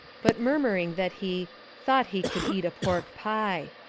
but murmuring that he thought he could eat a pork pie.